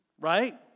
right